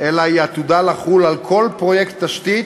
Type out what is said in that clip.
אלא היא עתידה לחול על כל פרויקט תשתית